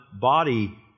body